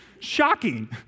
shocking